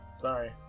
Sorry